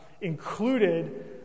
included